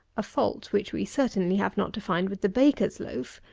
a fault which we certainly have not to find with the baker's loaf,